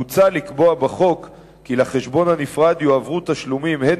מוצע לקבוע בחוק כי לחשבון הנפרד יועברו תשלומים הן